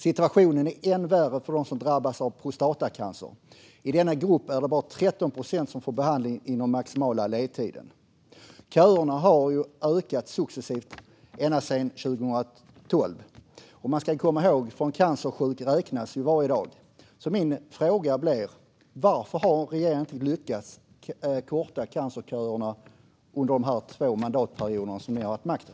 Situationen är ännu värre för dem som drabbas av prostatacancer. I den gruppen är det bara 13 procent som får behandling inom den maximala ledtiden. Köerna har ökat successivt ända sedan 2012, och man ska komma ihåg att för en cancersjuk räknas varje dag. Min fråga blir: Varför har regeringen inte lyckats korta cancerköerna under de två mandatperioder som den har haft makten?